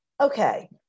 Okay